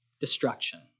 Destruction